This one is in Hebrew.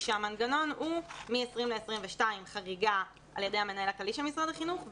המנגנון הוא מ-20 ל-22 חריגה על ידי המנהל הכללי של משרד החינוך,